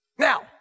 Now